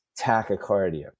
tachycardia